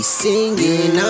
singing